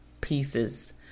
pieces